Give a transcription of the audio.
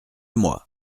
moi